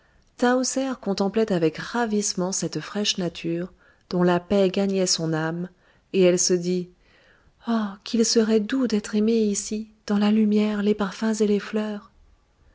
tahoser contemplait avec ravissement cette fraîche nature dont la paix gagnait son âme et elle se dit oh qu'il serait doux d'être aimée ici dans la lumière les parfums et les fleurs